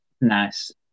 Nice